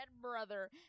brother